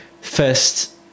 first